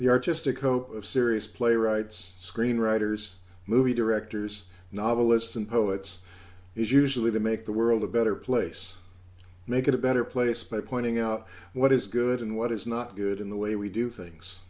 the artistic hope of serious playwrights screenwriters movie directors novelists and poets is usually to make the world a better place make it a better place by pointing out what is good and what is not good in the way we do things